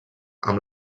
amb